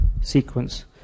sequence